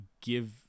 give